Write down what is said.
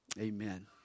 amen